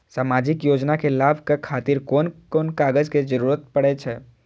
सामाजिक योजना के लाभक खातिर कोन कोन कागज के जरुरत परै छै?